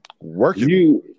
Working